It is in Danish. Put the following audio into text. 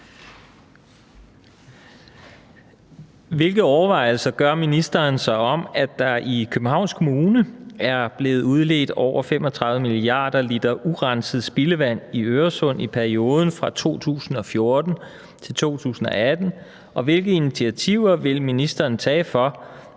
Hvilke overvejelser gør ministeren sig om, at der i Københavns Kommune er blevet udledt over 35 milliarder liter urenset spildevand i Øresund i perioden fra 2014 til 2018, og hvilke initiativer vil ministeren tage, for